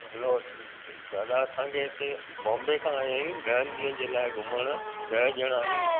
हलो दादा असांखे हिते बोंबे खां आया आहियूं ॾहनि ॾींहनि जे लाइ घुमण ॾह ॼणा आहियूं